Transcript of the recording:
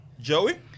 Joey